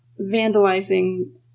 vandalizing